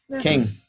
King